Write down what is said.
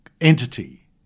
entity